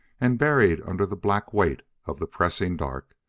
and buried under the black weight of the pressing dark,